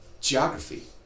geography